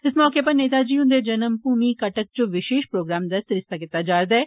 इस मौके पर नेता जी हुन्दी जन्म भूमि कटक च विषेश प्रोग्राम दा सरिस्ता कीता जा'रदा ऐ